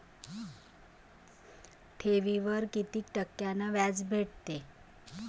ठेवीवर कितीक टक्क्यान व्याज भेटते?